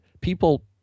People